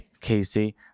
Casey